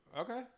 Okay